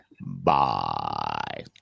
Bye